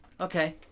okay